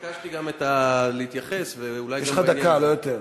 ביקשתי גם להתייחס, ואולי גם, יש לך דקה, לא יותר.